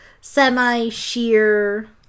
semi-sheer